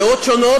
דעות שונות,